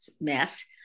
mess